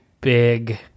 big